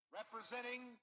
representing